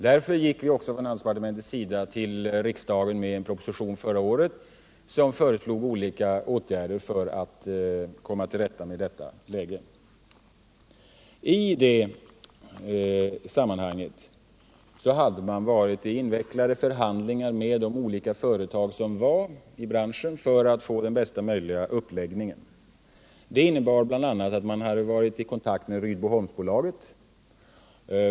Därför gick också handelsdepartementet förra året till riksdagen med en proposition, där det föreslogs olika åtgärder för att komma till rätta med detta läge. I det sammanhanget hade man haft invecklade förhandlingar med de olika företagen i branschen för att få bästa möjliga uppläggning. Detta innebar bl.a. att man hade varit i kontakt med Rydboholms AB.